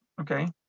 okay